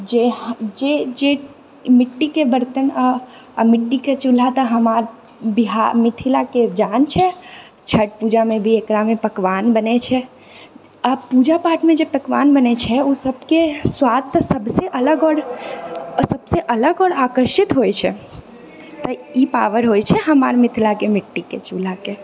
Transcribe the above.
जे जे जे मिट्टीके बर्तन आ आ मिट्टीके चूल्हा तऽ हमार बिहार मिथिलाके जान छै छठि पूजामे भी एकरामे पकवान बनैत छै आ पूजापाठमे जे पकवान बनैत छै ओसभके स्वाद तऽ सबसँ अलग आओर सभसँ अलग आओर आकर्षित होइत छै तऽ ई पावर होइत छै हमर मिथिलाके मिट्टीके चूल्हाके